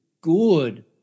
good